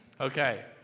Okay